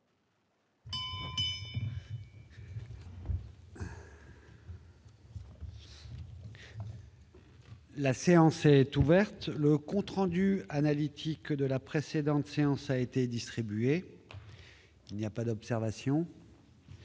La séance est ouverte. Le compte rendu analytique de la précédente séance a été distribué. Il n'y a pas d'observation ?